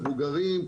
מבוגרים,